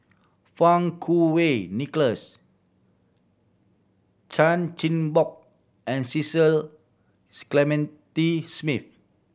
Fang Kuo Wei Nicholas Chan Chin Bock and Cecil Clementi Smith